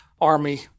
army